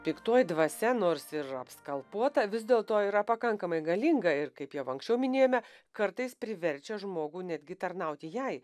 piktoji dvasia nors ir skalpuota vis dėl to yra pakankamai galinga ir kaip jau anksčiau minėjome kartais priverčia žmogų netgi tarnauti jai